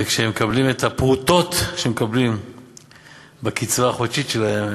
וכשהם מקבלים את הפרוטות שהם מקבלים בקצבה החודשית שלהם,